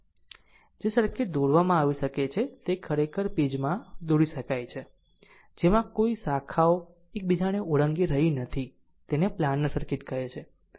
જે સર્કિટ દોરવામાં આવી શકે છે તે ખરેખર પેજમાં દોરી શકાય છે જેમાં કોઈ શાખાઓ એક બીજાને ઓળંગી રહી નથી તેને પ્લાનર સર્કિટ કહે છે